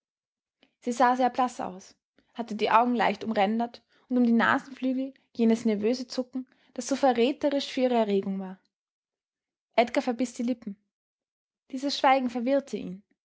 sie sah sehr blaß aus hatte die augen leicht umrändert und um die nasenflügel jenes nervöse zucken das so verräterisch für ihre erregung war edgar verbiß die lippen dieses schweigen verwirrte ihn